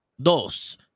dos